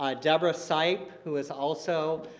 ah deborah sipe who is also